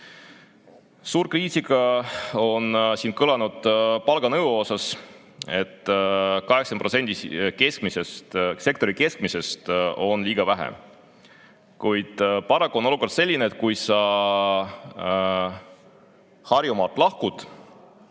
Suur kriitika on siin kõlanud palganõude kohta, et 80% sektori keskmisest on liiga vähe. Kuid paraku on olukord selline, et kui sa Harjumaalt lahkud,